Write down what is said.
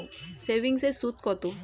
সেভিংসে সুদ কত?